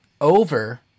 over